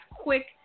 quick